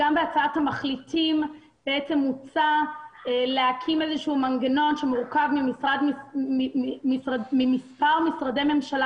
גם בהצעת המחליטים הוצע להקים איזשהו מנגנון שמורכב ממספר משרדי ממשלה